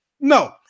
No